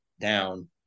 down